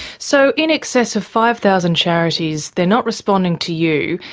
so, in excess of five thousand charities, they're not responding to you,